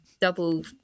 double